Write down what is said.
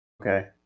okay